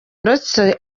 ndetse